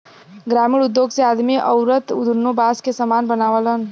ग्रामिण उद्योग मे आदमी अउरत दुन्नो बास के सामान बनावलन